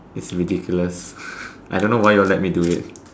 it's ridiculous I don't know why you all let me do it